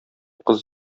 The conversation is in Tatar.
кыз